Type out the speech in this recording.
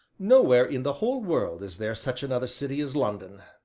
nowhere in the whole world is there such another city as london!